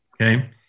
Okay